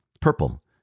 purple